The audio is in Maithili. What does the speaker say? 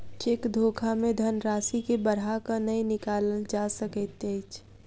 चेक धोखा मे धन राशि के बढ़ा क नै निकालल जा सकैत अछि